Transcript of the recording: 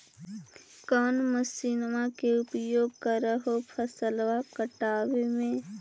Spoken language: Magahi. कौन मसिंनमा के उपयोग कर हो फसलबा काटबे में?